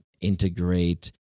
integrate